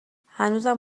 هنوزم